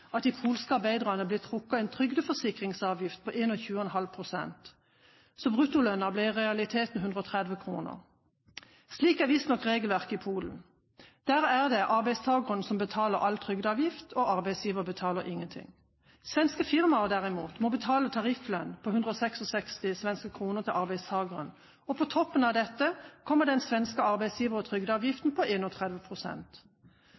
at de polske arbeiderne ble trukket en trygdeforsikringsavgift på 21,5 pst, så bruttolønnen ble i realiteten 130 svenske kroner. Slik er visstnok regelverket i Polen. Der er det arbeidstaker som betaler all trygdeavgift, arbeidsgiver betaler ingen ting. Svenske firmaer derimot må betale tarifflønn på 166 svenske kroner til arbeidstakeren, og på toppen av dette kommer den svenske arbeidsgiver- og